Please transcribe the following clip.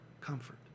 comfort